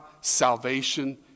salvation